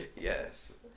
yes